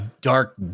dark